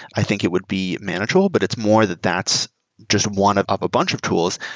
i think it would be manageable, but it's more that that's just one of of a bunch of tools,